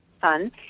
son